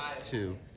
two